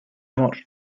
amor